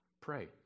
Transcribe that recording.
Pray